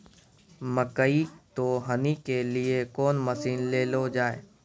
मकई तो हनी के लिए कौन मसीन ले लो जाए?